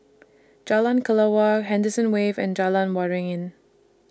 Jalan Kelawar Henderson Wave and Jalan Waringin